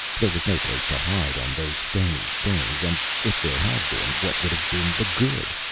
there was no place to hide on those stony things and if there had been, what would have been the good?